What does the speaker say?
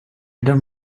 don’t